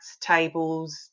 tables